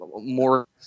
more